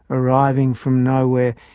arriving-from-nowhere,